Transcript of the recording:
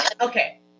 Okay